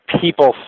people